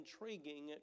intriguing